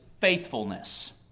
faithfulness